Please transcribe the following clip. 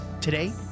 Today